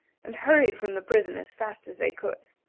and hurried from the prison as fast as they could.